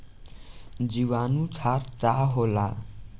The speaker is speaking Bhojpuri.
जीवाणु खाद का होला?